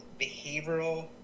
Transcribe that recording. behavioral